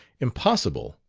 impossible!